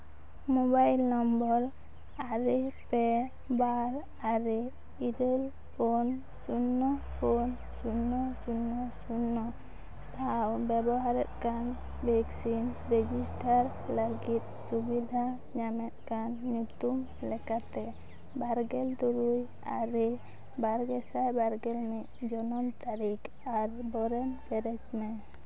mobile number ᱟᱨᱮ ᱯᱮ ᱵᱟᱨ ᱟᱨᱮ ᱤᱨᱟᱹᱞ ᱯᱩᱱ ᱥᱩᱱᱱᱚ ᱯᱩᱱ ᱥᱩᱱᱱᱚ ᱥᱩᱱᱱᱚ ᱥᱩᱱᱱᱚ ᱥᱟᱶ ᱵᱮᱵᱚᱦᱟᱨᱮᱫ ᱠᱟᱱ ᱵᱷᱮᱠᱥᱤᱱ ᱨᱮᱡᱤᱥᱴᱟᱨ ᱞᱟᱹᱜᱤᱫ ᱥᱩᱵᱤᱫᱷᱟ ᱧᱟᱢᱚᱜ ᱠᱟᱱ ᱧᱩᱛᱩᱢ ᱞᱮᱠᱟᱛᱮ ᱵᱟᱨᱜᱮᱞ ᱛᱩᱮᱩᱭ ᱟᱨᱮ ᱵᱟᱨ ᱜᱮᱥᱟᱭ ᱵᱟᱨ ᱜᱮᱞ ᱢᱤᱫ ᱡᱚᱱᱚᱢ ᱛᱟᱹᱨᱤᱠᱷ ᱟᱨ ᱵᱚᱨᱮᱱ ᱯᱮᱨᱮᱡ ᱢᱮ